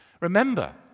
Remember